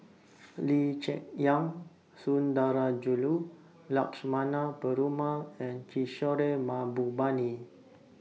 Lee Cheng Yan Sundarajulu Lakshmana Perumal and Kishore Mahbubani